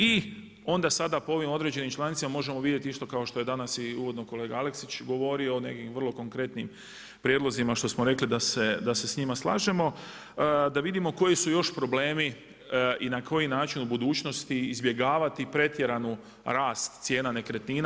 I onda sada po ovim određenim člancima možemo vidjeti, kao što je danas uvodno i kolega Aleksić govorio o nekim vrlo konkretnim prijedlozima, što smo rekli da se s njima slažemo, da vidimo koji su još problemi i na koji način u budućnosti izbjegavati pretjeran rast cijena nekretnina.